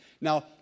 Now